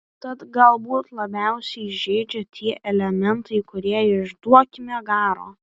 tad galbūt labiausiai žeidžia tie elementai kurie iš duokime garo